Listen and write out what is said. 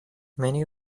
many